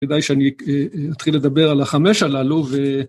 כדאי שאני אתחיל לדבר על החמש הללו ו...